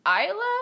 Isla